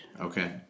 Okay